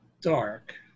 dark